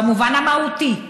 במובן המהותי,